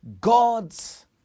God's